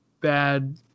bad